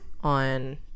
on